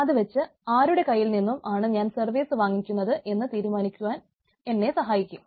അതു വച്ച് ആരുടെ കൈയിൽ നിന്നും ആണ് ഞാൻ സർവീസ് വാങ്ങിക്കുന്നത് എന്ന് തീരുമാനിക്കുവാൻ എന്നെ സഹായിക്കും